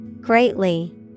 greatly